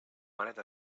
benet